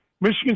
Michigan